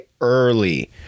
early